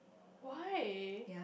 why